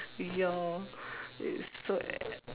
ya it's so uh